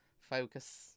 focus